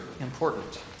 important